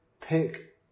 pick